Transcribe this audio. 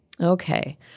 Okay